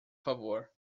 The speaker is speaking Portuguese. favor